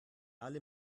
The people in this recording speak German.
alle